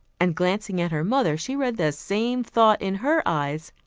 and glancing at her mother she read the same thought in her eyes.